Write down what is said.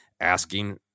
asking